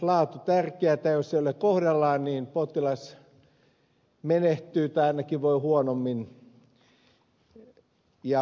jos se ei ole kohdallaan potilas menehtyy tai ainakin voi huonommin